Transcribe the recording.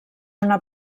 una